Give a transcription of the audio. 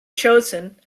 chosen